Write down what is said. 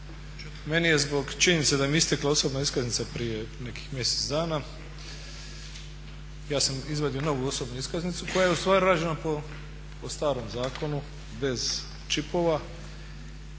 Meni je zbog činjenice da mi je istekla osobna iskaznica prije nekih mjesec dana ja sam izvadio novu osobnu iskaznicu koja je u stvari rađena po starom zakonu bez čipova